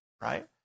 right